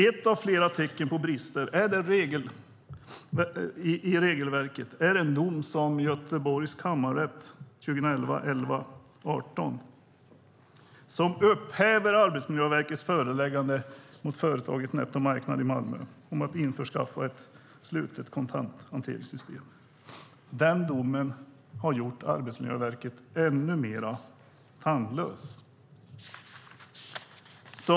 Ett av flera tecken på brister i regelverket är den dom från Göteborgs kammarrätt den 18 november 2011 som upphäver Arbetsmiljöverkets föreläggande mot företaget Netto Marknad i Malmö om att införskaffa ett slutet kontanthanteringssystem. Den domen har gjort Arbetsmiljöverket ännu mer tandlöst.